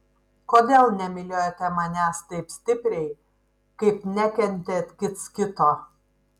kodėl nemylėjote manęs taip stipriai kaip nekentėt kits kito